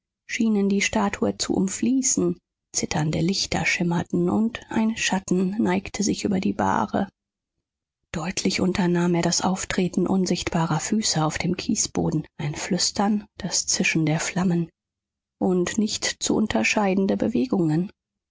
schienen die statue zu umfließen zitternde lichter schimmerten und ein schatten neigte sich über die bahre deutlich unternahm er das auftreten unsichtbarer füße auf dem kiesboden ein flüstern das zischen der flammen und nicht zu unterscheidende bewegungen